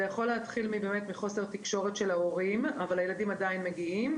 זה יכול להתחיל מחוסר תקשורת של ההורים אבל הילדים עדיין מגיעים,